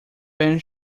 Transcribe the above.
ben